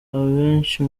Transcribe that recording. abenshi